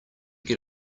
get